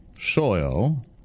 soil